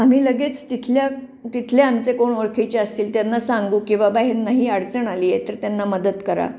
आम्ही लगेच तिथल्या तिथले आमचे कोण ओळखीचे असतील त्यांना सांगू की बाबा ह्यांना ही अडचण आली आहे तर त्यांना मदत करा